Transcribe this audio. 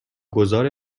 گذار